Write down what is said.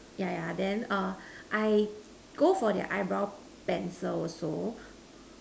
yeah yeah then err I go for their eyebrow pencil also